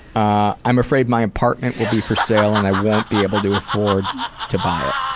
ah i'm afraid my apartment will be for sale and i won't be able to afford to buy it.